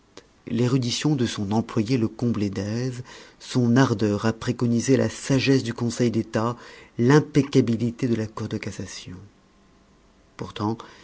l'érudition de son employé le comblait d'aise son ardeur à préconiser la sagesse du conseil l'état l'impeccabilité de la cour de cassation pourtant